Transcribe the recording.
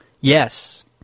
Yes